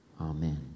Amen